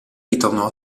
ritornò